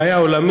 זו בעיה עולמית.